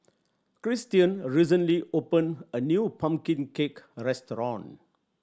Christian recently opened a new pumpkin cake restaurant